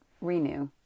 renew